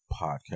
podcast